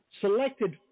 selected